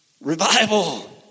Revival